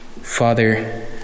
Father